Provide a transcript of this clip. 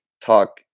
talk